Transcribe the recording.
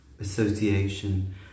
Association